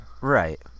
Right